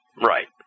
Right